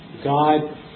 God